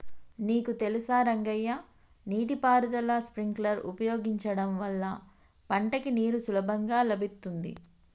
నీకు తెలుసా రంగయ్య నీటి పారుదల స్ప్రింక్లర్ ఉపయోగించడం వల్ల పంటకి నీరు సులభంగా లభిత్తుంది